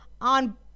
on